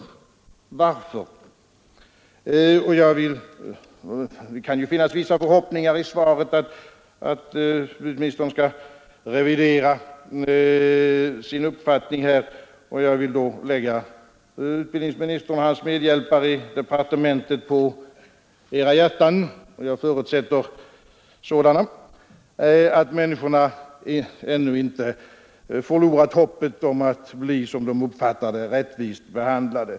Svaret kan ge vissa förhoppningar om att utbildningsministern skall revidera sin uppfattning, och jag vill lägga utbildningsministern och hans medhjälpare på hjärtat — jag förutsätter att det finns — att människorna ännu inte förlorat hoppet om att bli, som de uppfattar det, rättvist behandlade.